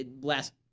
last